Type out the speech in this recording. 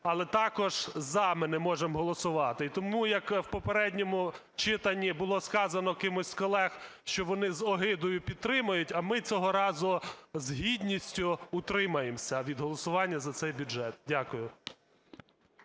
Але також "за" ми не можемо голосувати. І тому як в попередньому читанні було сказано кимось з колег, що вони з огидою підтримають, а ми цього разу з гідністю утримаємося від голосування за цей бюджет. Дякую.